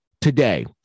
today